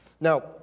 Now